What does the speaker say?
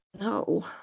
No